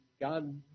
God